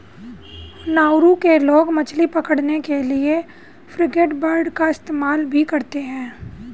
Nauru के लोग मछली पकड़ने के लिए फ्रिगेटबर्ड का इस्तेमाल भी करते हैं